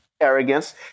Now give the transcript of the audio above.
arrogance